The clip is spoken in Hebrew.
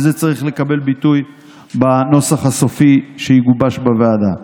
וזה צריך לקבל ביטוי בנוסח הסופי שיגובש בוועדה.